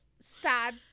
sad